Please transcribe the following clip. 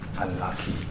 unlucky